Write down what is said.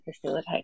facilitate